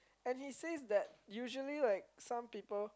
and he says that usually like some people